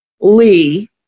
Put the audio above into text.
Lee